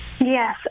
yes